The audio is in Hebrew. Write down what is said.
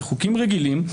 כחוקים רגילים,